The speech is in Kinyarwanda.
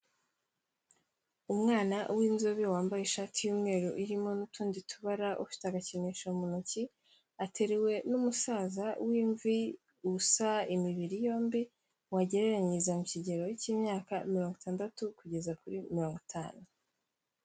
Umwana w'inzobe wambaye ishati y'umweru irimo n'utundi tubara ufite agakinisho mu ntoki, ateruwe n'umusaza w'imvi usa imibiri yombi, wagereranyiriza mu kigero cy'imyaka mirongo itandatu kugeza kuri mirongo itanu.